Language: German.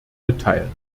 mitteilen